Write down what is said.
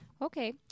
Okay